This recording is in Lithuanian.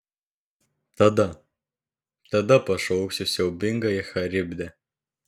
tada tada pašauksiu siaubingąją charibdę